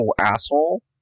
asshole